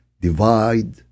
divide